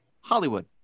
Hollywood